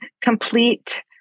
complete